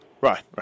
Right